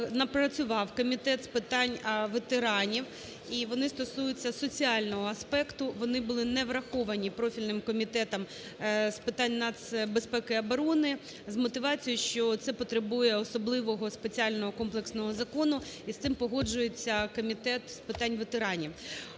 напрацював Комітет з питань ветеранів, і вони стосуються соціального аспекту, вони були не враховані профільним Комітетом з питань нацбезпеки і оборони з мотивацією, що це потребує особливого спеціального комплексного закону, і з цим погоджується Комітет з питань ветеранів.